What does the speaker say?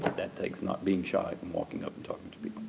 that takes not being shy and walking up and talking to